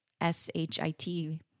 S-H-I-T